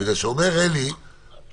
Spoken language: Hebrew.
אני שואל על הוצאת